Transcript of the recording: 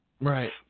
Right